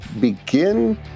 begin